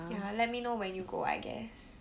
ya let me know when you go I guess